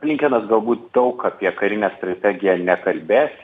blikenas galbūt daug apie karinę strategiją nekalbės